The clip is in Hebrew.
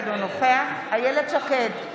אינו נוכח איילת שקד,